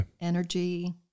energy